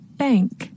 bank